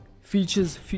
features